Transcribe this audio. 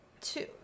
two